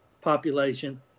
population